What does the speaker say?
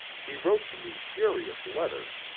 he wrote to me furious letters,